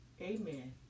amen